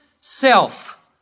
self